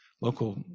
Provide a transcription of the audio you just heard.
local